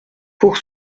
pour